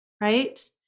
right